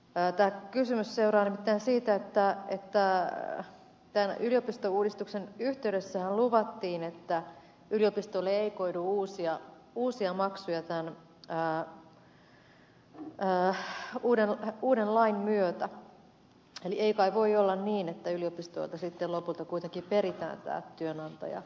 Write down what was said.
tämä kysymys seuraa nimittäin siitä että tämän yliopistouudistuksen yhteydessähän luvattiin että yliopistoille ei koidu uusia maksuja tämän uuden lain myötä eli ei kai voi olla niin että yliopistoilta sitten lopulta kuitenkin peritään tämä työnantajamaksu